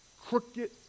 crooked